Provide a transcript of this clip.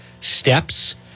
steps